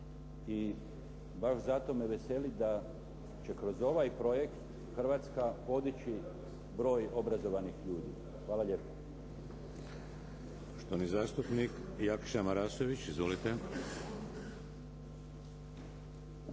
i baš zato me veseli da će kroz ovaj projekt Hrvatska podići broj obrazovanih ljudi. Hvala lijepo.